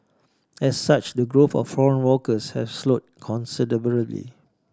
as such the growth of the foreign workforce has slowed considerably